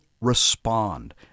respond